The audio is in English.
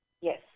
Yes